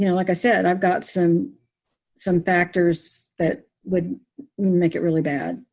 you know like i said, i've got some some factors that would make it really bad.